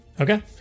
Okay